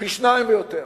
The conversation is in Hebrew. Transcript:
פי-שניים ויותר.